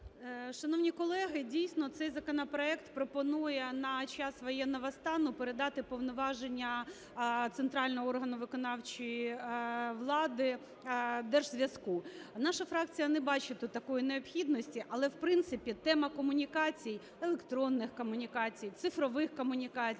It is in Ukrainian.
Шановні колеги, дійсно, цей законопроект пропонує на час воєнного стану передати повноваження центрального органу виконавчої влади Держзв'язку. Наша фракція не бачить тут такої необхідності, але, в принципі, тема комунікацій, електронних комунікацій, цифрових комунікацій